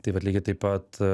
taip pat lygiai taip pat